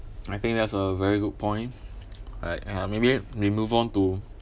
I think that's a very good point alright ya maybe we move on to